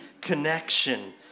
connection